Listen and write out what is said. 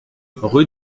rue